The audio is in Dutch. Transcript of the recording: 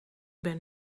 ben